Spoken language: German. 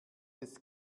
ist